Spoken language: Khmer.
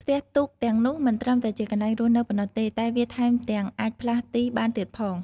ផ្ទះទូកទាំងនោះមិនត្រឹមតែជាកន្លែងរស់នៅប៉ុណ្ណោះទេ តែវាថែមទាំងអាចផ្លាស់ទីបានទៀតផង។